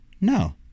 No